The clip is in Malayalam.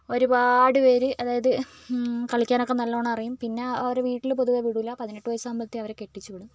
ഒരുപാട് പേർ അതായത് കളിക്കാനൊക്കെ നല്ലവണ്ണം അറിയും പിന്നെ അവരെ വീട്ടിൽ പൊതുവേ വിടില്ല പതിനെട്ട് വയസ്സ് ആവുമ്പോഴത്തേക്കും അവരെ കെട്ടിച്ചു വിടും